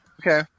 Okay